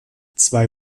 zwei